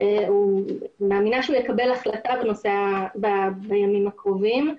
אני מאמינה שהוא יקבל החלטה בימים הקרובים.